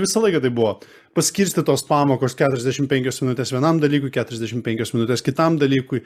visą laiką taip buvo paskirstytos pamokos keturiasdešim penkios minutės vienam dalykui keturiasdešim penkios minutes kitam dalykui